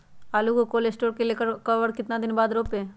आलु को cold store से ले के कब और कितना दिन बाद रोपे?